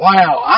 Wow